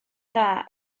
dda